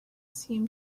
seem